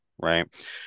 right